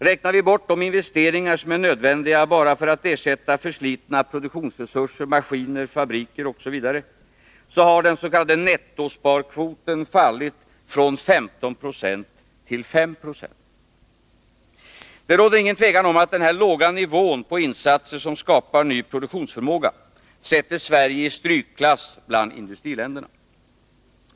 Räknar vi bort de investeringar som är nödvändiga bara för att ersätta förslitna produktionsresurser, maskiner, fabriker osv., så har den s.k. nettosparkvoten fallit från 15 96 till 5 96. Det råder ingen tvekan om att denna låga nivå på insatser som skapar ny produktionsförmåga sätter Sverige i strykklass bland industriländerna.